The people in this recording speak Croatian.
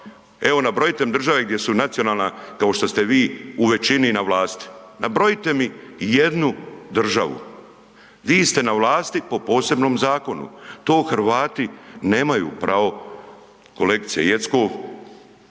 evo nabrojite mi države gdje su nacionalna, kao što ste vi, u većini na vlasti? Nabrojite mi jednu državu. Vi ste na vlasti po posebnom zakonu, to Hrvati nemaju pravo, kolegice Jeckov,